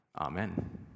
Amen